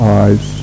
eyes